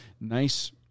nice